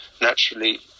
naturally